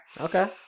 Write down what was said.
Okay